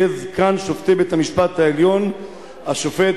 יהיה זקן שופטי בית-המשפט העליון השופט